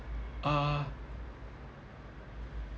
uh